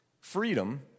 freedom